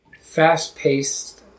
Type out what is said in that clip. fast-paced